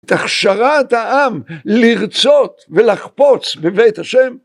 את הכשרת העם לרצות ולחפוץ בבית השם